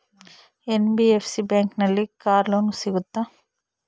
NBFC ಬ್ಯಾಂಕಿನಲ್ಲಿ car loan ಸಿಗುತ್ತಾ?